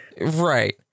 Right